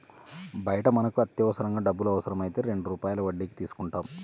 బయట మనకు అత్యవసరంగా డబ్బులు అవసరమైతే రెండు రూపాయల వడ్డీకి తీసుకుంటాం